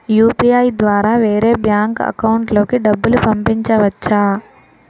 UPI ద్వారా వేరే bank account లోకి డబ్బులు పంపించవచ్చా?